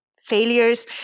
Failures